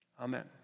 Amen